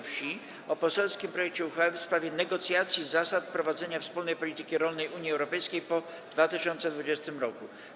Wsi o poselskim projekcie uchwały w sprawie negocjacji zasad prowadzenia wspólnej polityki rolnej Unii Europejskiej po 2020 r.